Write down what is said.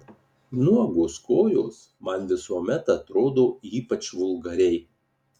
nuogos kojos man visuomet atrodo ypač vulgariai